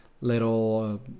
little